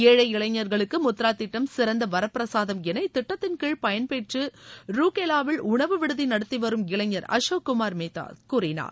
ஏழை இளைஞர்களுக்கு முத்ரா திட்டம் சிறந்த வரப்பிரசாதம் என இத்திட்டத்தின்கீழ பயன்பெற்று ரூர்கேலாவில் உணவு விடுதி நடத்தி வரும் இளைஞர் அசோக்குமார் மேத்தோ கூறினார்